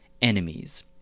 enemies